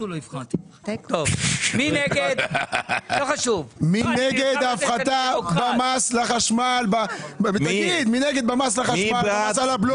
מי נגד ההפחתה במס לחשמל ובמס על הבלו?